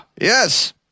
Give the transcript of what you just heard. Yes